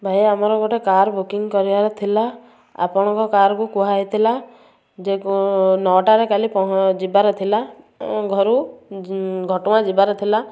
ଭାଇ ଆମର ଗୋଟେ କାର୍ ବୁକିଂ କରିବାର ଥିଲା ଆପଣଙ୍କ କାର୍କୁ କୁହାହେଇଥିଲା ଯେ ନଅ ଟାରେ କାଲି ଯିବାର ଥିଲା ଘରୁ ଘଟଗାଁ ଯିବାର ଥିଲା